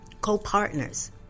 co-partners